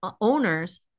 owners